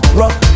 rock